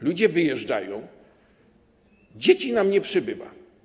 Ludzie wyjeżdżają, dzieci nam nie przybywa.